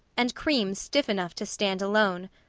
and cream stiff enough to stand alone.